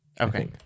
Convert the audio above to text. Okay